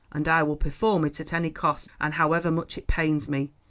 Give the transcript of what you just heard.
and i will perform it at any cost, and however much it pains me.